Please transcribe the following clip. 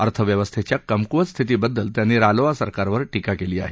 अर्थव्यवस्थेच्या कमकुवत स्थितीबद्दल त्यांनी रालोआ सरकारवर टीका केली आहे